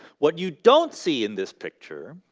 what you don't see in this picture?